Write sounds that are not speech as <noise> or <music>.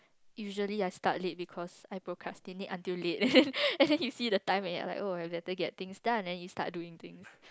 usually I start late because I procrastinate until late <laughs> and then you see the time and you're like oh I better get things done and I used to study thing